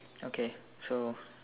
okay so